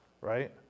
right